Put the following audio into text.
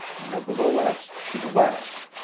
nevertheless, she laughed.